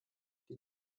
die